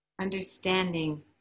Understanding